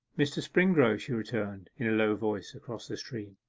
mr. springrove she returned, in a low voice, across the stream.